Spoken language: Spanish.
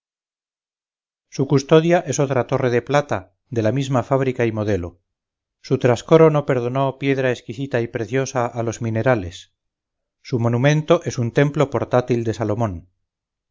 su custodia es otra torre de plata de la misma fábrica y modelo su trascoro no perdonó piedra esquisita y preciosa a los minerales su monumento es un templo portátil de salomón